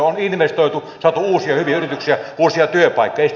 on investoitu saatu uusia hyviä yrityksiä uusia työpaikkoja